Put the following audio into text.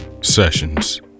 Sessions